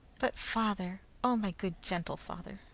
but, father! oh, my good gentle father,